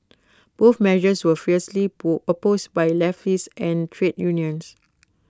both measures were fiercely opposed by leftists and trade unions